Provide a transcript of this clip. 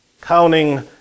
counting